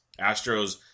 Astros